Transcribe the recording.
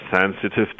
sensitive